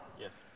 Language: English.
Yes